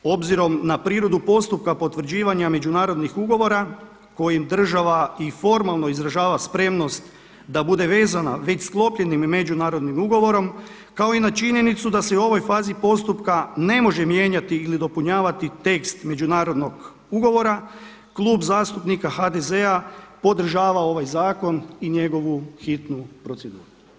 Obzirom na prirodu postupka potvrđivanja međunarodnih ugovora kojim država i formalno izražava spremnost da bude vezana već sklopljenim međunarodnim ugovorom, kao i na činjenicu da se u ovoj fazi postupka ne može mijenjati ili dopunjavati tekst međunarodnog ugovora, Klub zastupnika HDZ-a podržava ovaj zakon i njegovu hitnu proceduru.